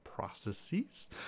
processes